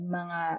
mga